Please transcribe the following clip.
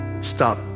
stop